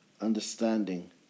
understanding